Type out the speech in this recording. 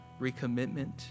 recommitment